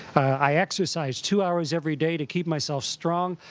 i exercise two hours every day to keep myself strong,